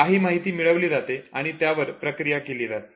काही माहिती मिळवली जाते आणि त्यावर प्रक्रिया केली जाते